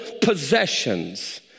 possessions